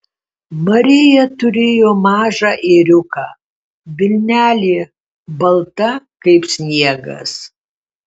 marija turėjo mažą ėriuką vilnelė balta kaip sniegas